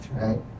right